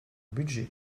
budget